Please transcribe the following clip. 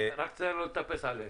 רק תיזהר לא לטפס עליהם.